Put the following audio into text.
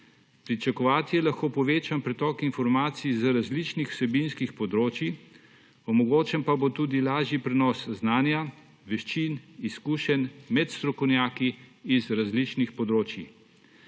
Pričakovati je lahko povečan pretok informacij z različnih vsebinskih področij, omogočen pa bo tudi lažji prenos znanja, veščin, izkušenj med strokovnjaki iz različnih področij.